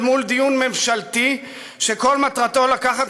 אל מול דיון ממשלתי שכל מטרתו לקחת